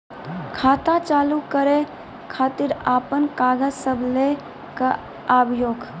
खाता चालू करै खातिर आपन कागज सब लै कऽ आबयोक?